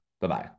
Bye-bye